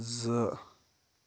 زٕ